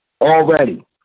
already